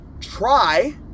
try